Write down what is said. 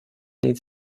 needs